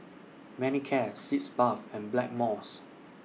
Manicare Sitz Bath and Blackmores